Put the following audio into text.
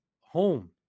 home